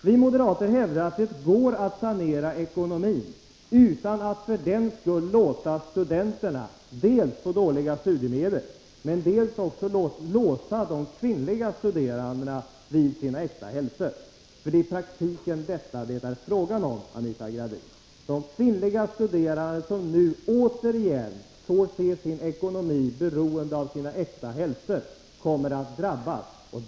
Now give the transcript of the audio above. Vi moderater hävdar att det går att sanera ekonomin utan att för den skull dels låta studenterna få dåliga studiemedel, dels också låsa de kvinnliga studerandena vid sina äkta hälfter — för det är i praktiken detta det är fråga om, Anita Gradin. De kvinnliga studerandena, som nu återigen får se sin ekonomi bli beroende av sina äkta hälfter, kommer att drabbas.